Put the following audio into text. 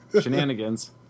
Shenanigans